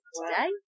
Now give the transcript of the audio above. today